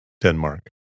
Denmark